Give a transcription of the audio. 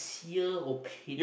sincere opinion